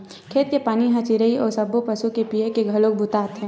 खेत के पानी ह चिरई अउ सब्बो पसु के पीए के घलोक बूता आथे